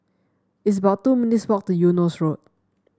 it's about two minutes' walk to Eunos Road